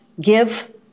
give